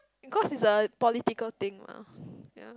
cause it's a political thing lah yeah